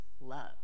love